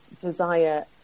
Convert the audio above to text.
desire